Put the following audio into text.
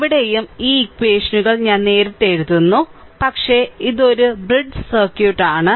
ഇവിടെയും ഈ ഇക്വഷനുകൾ ഞാൻ നേരിട്ട് എഴുതുന്നു പക്ഷേ ഇത് ഒരു ബ്രിഡ്ജ് സർക്യൂട്ട് ആണ്